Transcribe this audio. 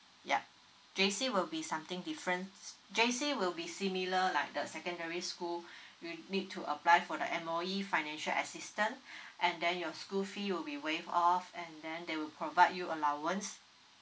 yup J_C will be something different J_C will be similar like the secondary school you need to apply for the M_O_E financial assistance and then your school fee will be waived off and then they will provide you allowance